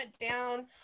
down